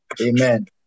Amen